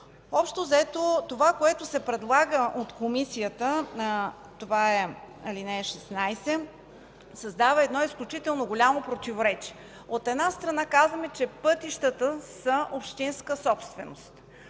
Това, което се предлага от Комисията – това е ал. 16, създава се изключително голямо противоречие. От една страна, казваме, че пътищата са общинска собственост,